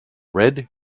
red